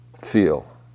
feel